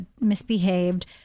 misbehaved